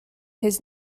his